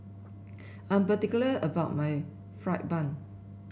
I'm particular about my fried bun